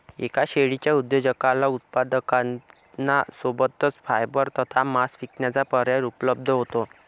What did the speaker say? एका शेळीच्या उद्योजकाला उत्पादकांना सोबतच फायबर तथा मांस विकण्याचा पर्याय उपलब्ध होतो